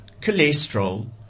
cholesterol